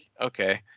okay